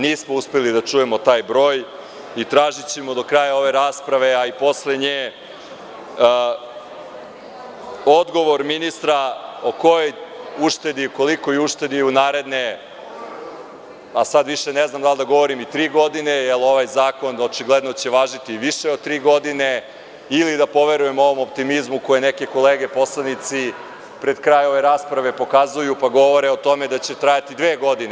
Nismo uspeli da čujemo taj broj i tražićemo do kraja ove rasprave, a i posle nje, odgovor ministra o kojoj uštedi i kolikoj uštedi je u naredne, a sada više ne znam, da li da govorim i tri godine, jel ovaj zakon očigledno će važiti i više od tri godine, ili da poverujem ovom optimizmu koji neke kolege poslanici pred kraj ove rasprave pokazuju, pa govore o tome da će trajati dve godine.